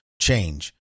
change